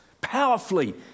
powerfully